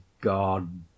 God